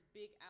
big